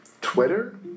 Twitter